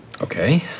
Okay